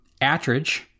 Attridge